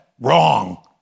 wrong